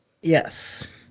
Yes